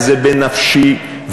וזה בנפשי,